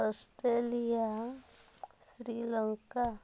Australia Sri Lanka